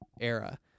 era